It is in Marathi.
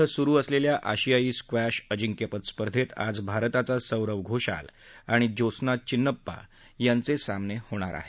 क्वालालंपूर इथं सुरु असलेल्या आशियाई स्क्वॅश अजिंक्यपद स्पर्धेत आज भारताचा सौरव घोषाल आणि ज्योत्स्ना चिन्नप्पा यांचे सामने होणार आहेत